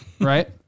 Right